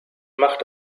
macht